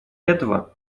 этого